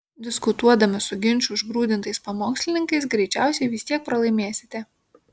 diskutuodami su ginčų užgrūdintais pamokslininkais greičiausiai vis tiek pralaimėsite